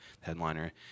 headliner